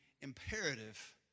imperative